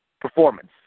performance